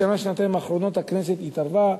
בשנה-שנתיים האחרונות הכנסת התערבה,